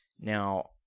Now